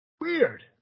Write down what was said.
Weird